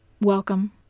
Welcome